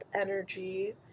energy